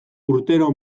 urtero